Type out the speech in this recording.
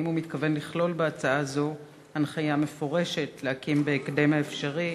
האם הוא מתכוון לכלול בהצעה הזאת הנחיה מפורשת להקים בהקדם האפשרי